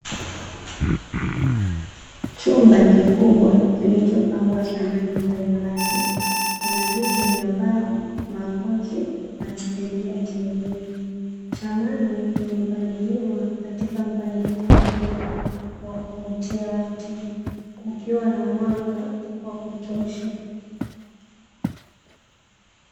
Chumba kikubwa kilichopangwa samani mbalimbali, kuna viti vya mbao; makochi na stendi ya tv. Samani zimepangiliwa katika mpangilio mzuri wa kuvutia wateja kukiwa na mwanga wa kutosha.